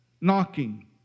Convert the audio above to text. knocking